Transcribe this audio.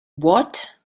what